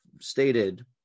stated